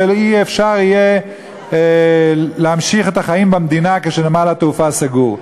ולא יהיה אפשר להמשיך את החיים במדינה כשנמל התעופה סגור.